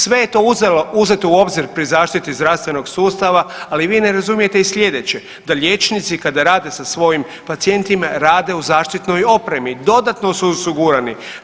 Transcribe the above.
Sve je to uzeto u obzir pri zaštiti zdravstvenog sustava, ali vi ne razumijete i slijedeće da liječnici kada rade sa svojim pacijentima rade u zaštitnoj opremi, dodatno su osigurani.